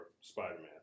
Spider-Man